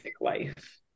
life